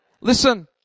Listen